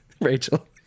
Rachel